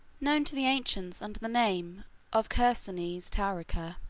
known to the ancients under the name of chersonesus taurica.